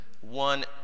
one